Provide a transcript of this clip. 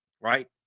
Right